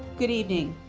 good evening.